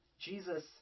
Jesus